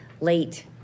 late